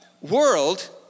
world